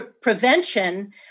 prevention